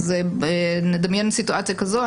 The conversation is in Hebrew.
נדמיין סיטואציה כזו.